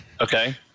okay